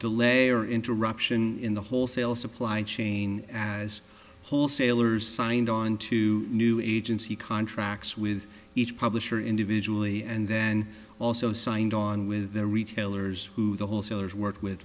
elay or interruption in the wholesale supply chain as wholesalers signed on to new agency contracts with each publisher individual and then also signed on with the retailers who the wholesalers worked with